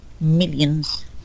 millions